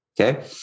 Okay